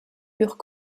purent